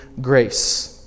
grace